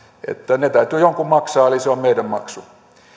ne täytyy jonkun maksaa eli se on meidän maksumme